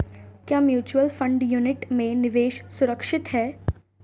क्या mutual fund unit में निवेश सुरक्षित है?